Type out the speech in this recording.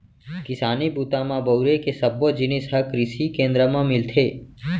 किसानी बूता म बउरे के सब्बो जिनिस ह कृसि केंद्र म मिलथे